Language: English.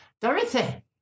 Dorothy